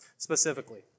specifically